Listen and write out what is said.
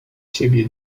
siebie